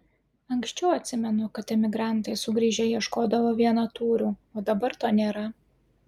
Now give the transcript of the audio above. anksčiau atsimenu kad emigrantai sugrįžę ieškodavo vienatūrių o dabar to nėra